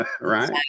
right